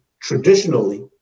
traditionally